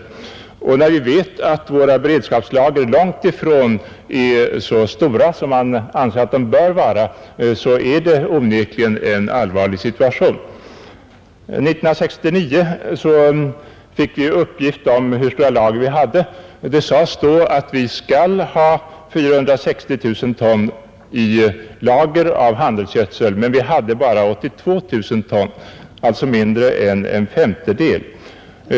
När vi dessutom vet att våra beredskapslager är långt ifrån så stora som vi anser att de bör vara är det onekligen en allvarlig situation. I förra årets debatt berördes frågan om hur stora lager vi hade. Det sades då att vi borde ha 460 000 ton handelsgödsel i lager, men att vi 1969 bara hade 82 000 ton, alltså mindre än en femtedel.